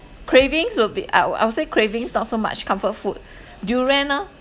cravings will be I will I will say cravings not so much comfort food durian orh